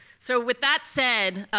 so with that said,